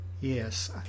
Yes